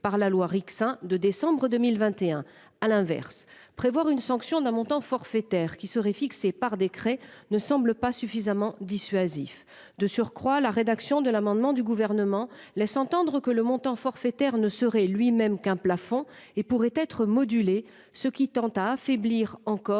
par la loi Rixain de décembre 2021, à l'inverse, prévoir une sanction d'un montant forfaitaire qui serait fixé par décret ne semble pas suffisamment dissuasif. De surcroît, la rédaction de l'amendement du gouvernement laisse entendre que le montant forfaitaire ne serait lui-même qu'un plafond et pourrait être modulé, ce qui tend à affaiblir encore